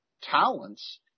talents